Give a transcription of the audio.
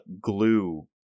glue